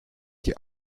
die